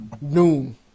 Noon